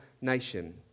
nation